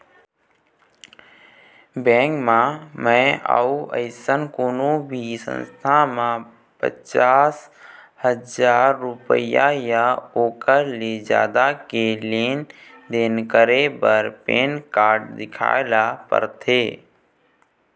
bank म य अउ अइसन कोनो भी संस्था म पचास हजाररूपिया य ओखर ले जादा के लेन देन करे बर पैन कारड देखाए ल परथे